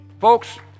Folks